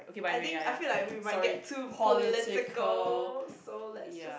I think I feel like we might get too politic goal so let's just